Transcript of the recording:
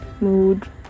mood